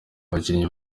abakinnyi